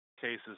cases